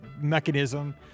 mechanism